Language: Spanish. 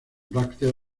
brácteas